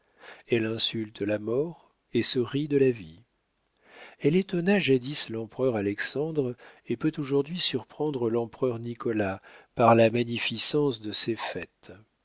elle insulte la mort et se rit de la vie elle étonna jadis l'empereur alexandre et peut aujourd'hui surprendre l'empereur nicolas par la magnificence de ses fêtes